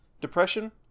depression